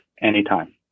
anytime